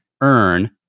earn